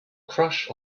crush